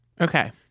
Okay